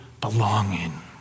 belonging